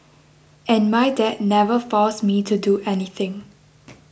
and my dad never forced me to do anything